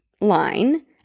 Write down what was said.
line